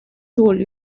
told